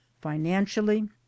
financially